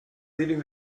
leaving